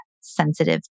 sensitive